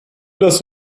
dass